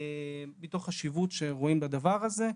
מתוך החשיבות שרואים בדבר הזה.